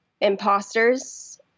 imposters